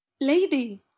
Lady